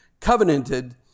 covenanted